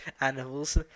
animals